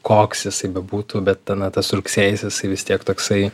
koks jisai bebūtų bet na tas rugsėjis jisai vis tiek toksai